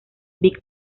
big